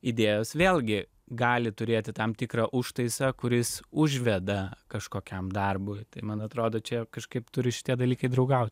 idėjos vėlgi gali turėti tam tikrą užtaisą kuris užveda kažkokiam darbui tai man atrodo čia kažkaip turi šitie dalykai draugaut